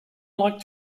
liked